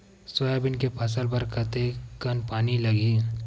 Soybean के फसल बर कतेक कन पानी लगही?